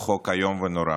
הוא חוק איום ונורא,